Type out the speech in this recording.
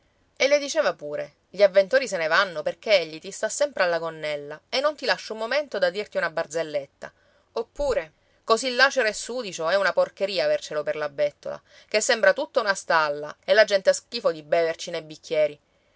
e le diceva pure gli avventori se ne vanno perché egli ti sta sempre alla gonnella e non ti lascia un momento da dirti una barzelletta oppure così lacero e sudicio è una porcheria avercelo per la bettola che sembra tutta una stalla e la gente ha schifo di beverci nei bicchieri